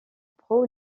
pro